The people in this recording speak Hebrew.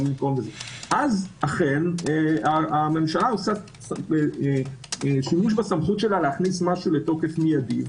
אז אכן הממשלה עושה שימוש בסמכות שלה להכניס משהו לתוקף מיידי,